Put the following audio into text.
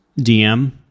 DM